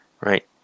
right